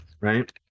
right